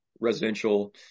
residential